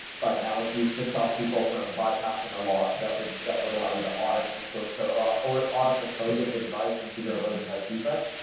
but now it's used to stop people from bypassing a lock that would that would allow you to audit the source code or to audit the code of the device and figure out whether it has defects.